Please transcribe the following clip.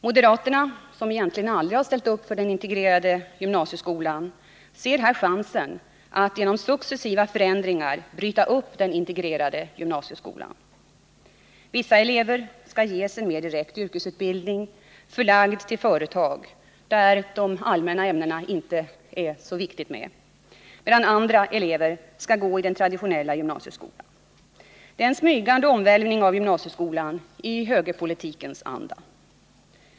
Moderaterna, som egentligen aldrig har ställt upp för den integrerade gymnasieskolan, ser här chansen att genom successiva förändringar bryta upp den integrerade gymnasieskolan. Vissa elever skall ges en mer direkt yrkesutbildning förlagd till företag, där det inte är så viktigt med de allmänna ämnena, medan andra elever skall gå i den traditionella gymnasieskolan. Det är en smygande omvälvning av gymnasieskolan i högerpolitikens anda.